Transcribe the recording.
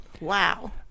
Wow